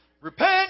repent